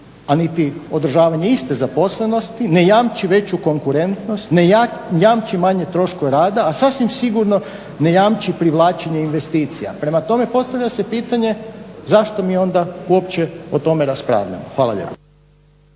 a niti održavanje iste zaposlenosti, ne jamči veću konkurentnost, ne jamči manje troškove rada, a sasvim sigurno ne jamči privlačenje investicija. Prema tome, postavlja se pitanje zašto mi onda uopće o tome raspravljamo. Hvala lijepo.